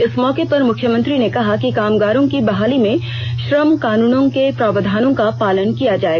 इस मौके पर मुख्यमंत्री ने कहा कि कामगारों की बहाली में श्रम कानूनों के प्रावधानों का पालन किया जाए